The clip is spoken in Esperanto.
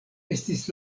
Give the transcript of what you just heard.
estis